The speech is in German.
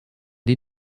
die